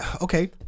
okay